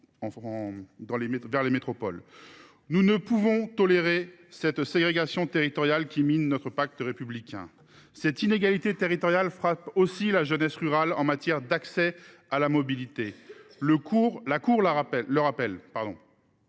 France métropolitaine. Nous ne pouvons tolérer cette ségrégation territoriale qui mine notre pacte républicain. Cette inégalité territoriale frappe aussi la jeunesse rurale en matière d’accès à la mobilité. La Cour le rappelle,